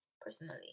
personally